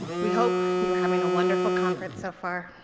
we hope you're having a wonderful conference so far.